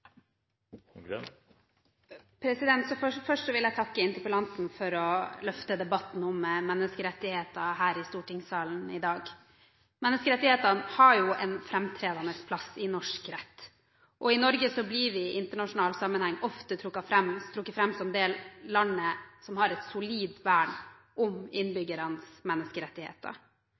Først vil jeg takke interpellanten for å løfte debatten om menneskerettighetene her i stortingssalen i dag. Menneskerettighetene har jo en framtredende plass i norsk rett. I Norge blir vi i internasjonal sammenheng ofte trukket fram som det landet som har et solid vern om innbyggernes menneskerettigheter.